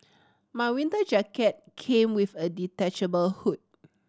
my winter jacket came with a detachable hood